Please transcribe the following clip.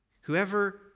Whoever